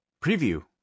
preview